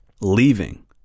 leaving